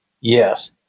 Yes